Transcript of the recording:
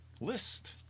list